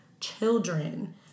children